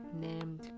named